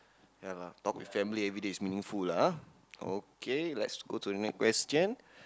ya lah talk with family everyday is meaningful okay let's go to the next question